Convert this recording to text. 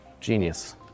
genius